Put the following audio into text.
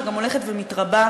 שגם הולכת ומתרבה,